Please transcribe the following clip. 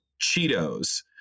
Cheetos